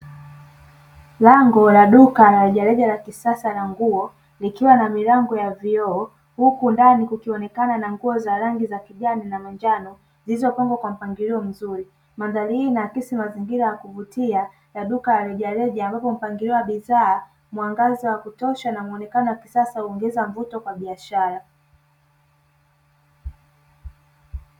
Lango la duka la rejareja la kisasa la nguo, likiwa na milango ya vioo, huku ndani kukionekana na nguo za rangi za kijani na manjano zilizopangwa kwa mpangilio mzuri. Mandhari hii inaakisi mazingira ya kuvutia ya duka la rejareja, ambapo mpangilio wa bidhaa, mwangaza wa kutosha na muonekano wa kisasa, huongeza mvuto kwa biashara.